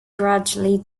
gradually